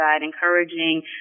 encouraging